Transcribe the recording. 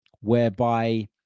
whereby